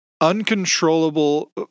uncontrollable